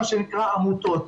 עמותות.